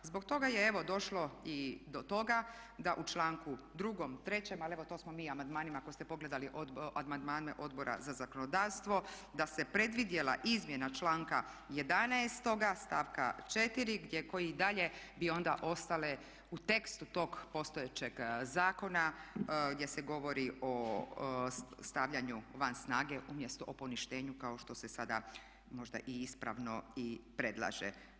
Zbog toga je evo došlo i do toga da u članku 2., 3. ali evo to smo mi amandmanima ako ste pogledali amandmane Odbora za zakonodavstvo da se predvidjela izmjena članka 11. stavka 4. koji i dalje bi onda ostale u tekstu tog postojećeg zakona gdje se govori o stavljanju van snage, umjesto o poništenju kao što se sada možda i ispravno i predlaže.